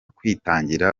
kwitangira